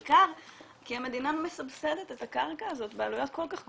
בעיקר כי המדינה מסבסדת את הקרקע הזאת בעלויות כל כך גבוהות,